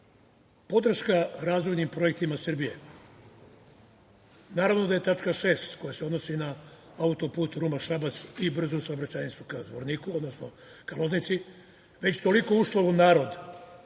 Podrška razvojnim projektima Srbije, naravno da je tačka 6. koja se odnosi na autoput Ruma-Šabac i brzu saobraćajnicu ka Zvorniku, odnosno ka Loznici već toliko ušla u narod,